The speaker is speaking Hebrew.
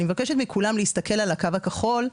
אני מבקשת מכולם להסתכל על הקו הכחול.